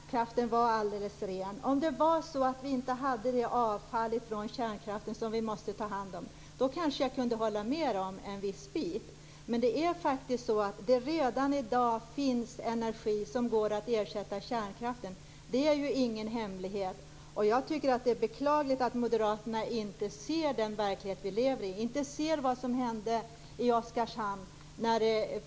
Herr talman! Om det var så att kärnkraften var alldeles ren, om det var så att vi inte hade avfall från kärnkraft som vi måste ta hand om, då kanske jag kunde hålla med er till en viss del. Men det finns redan i dag energi som det går att ersätta kärnkraften med. Det är ingen hemlighet. Jag tycker att det är beklagligt att moderaterna inte ser den verklighet vi lever i, inte ser vad som hände i Oskarshamn.